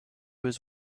was